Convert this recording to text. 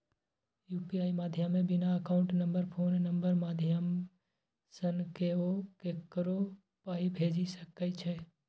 UPI माध्यमे बिना account number phone नंबरक माध्यमसँ केओ ककरो पाइ भेजि सकै छै